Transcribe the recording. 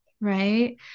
Right